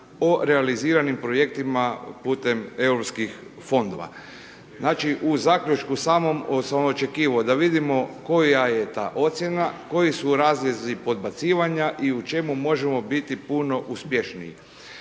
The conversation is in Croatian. o realiziranim projektima putem EU fondova. Znači, u zaključku samom sam očekivao da vidimo koja je ta ocjena, koji su razlozi podbacivanja i u čemu možemo biti puno uspješniji.